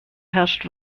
herrscht